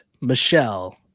Michelle